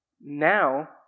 Now